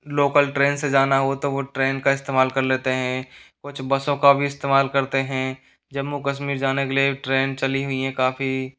local train से जाना हो तो वो ट्रेन का इस्तेमाल कर लेते हैं कुछ बसों का भी इस्तेमाल करते हैं जम्मू कश्मीर जाने के लिए ट्रेन चली हुईं हैं काफ़ी